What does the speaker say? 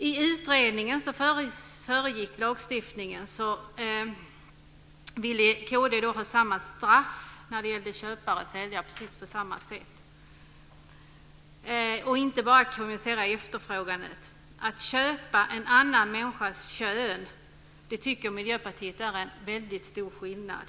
I utredningen som föregick lagstiftningen ville kd ha samma straff för köpare och säljare och inte bara kriminalisera efterfrågan. Men att köpa en annan människas kön - det tycker Miljöpartiet är en stor skillnad.